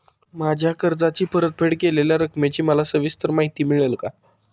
माझ्या कर्जाची परतफेड केलेल्या रकमेची मला सविस्तर माहिती मिळेल का?